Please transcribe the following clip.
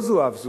לא זו אף זו,